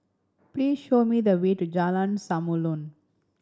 please show me the way to Jalan Samulun